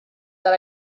that